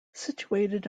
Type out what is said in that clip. situated